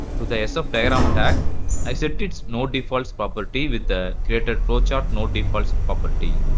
to the so sfdiagram tag i set its nodedefaults property with the created flowchartnodedefaults property.